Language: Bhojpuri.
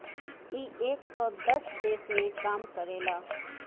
इ एक सौ दस देश मे काम करेला